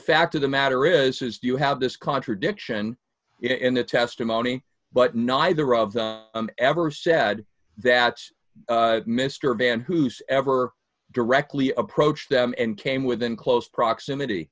fact of the matter is his do you have this contradiction in the testimony but neither of them ever said that mr van who's ever directly approached them and came within close proximity